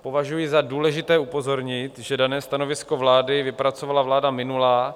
Považuji za důležité upozornit, že dané stanovisko vlády vypracovala vláda minulá.